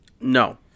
No